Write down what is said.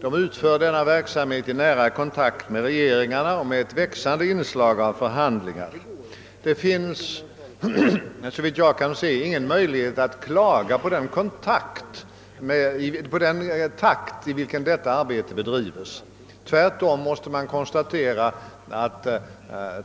Detta arbete sker i kontakt med regeringarna och med ett växande inslag av förhandlingar. Det finns, såvitt jag kan se, inga möjligheter att klaga på den takt i vilken arbetet bedrivs. Tvärtom måste man konstatera att